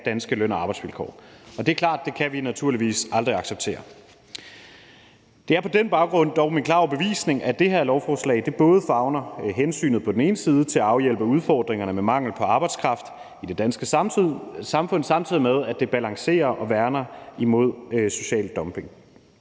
danske løn- og arbejdsvilkår, og det er klart, at det kan vi naturligvis aldrig acceptere. Det er på den baggrund dog min klare overbevisning, at det her lovforslag både favner hensynet på den ene side til at afhjælpe udfordringerne med mangel på arbejdskraft i det danske samfund, samtidig med at det er balanceret og værner imod social dumping.